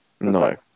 No